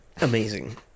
Amazing